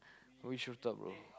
we should talk bro